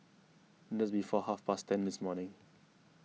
just before half past ten this morning